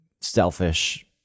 selfish